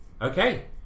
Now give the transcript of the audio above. Okay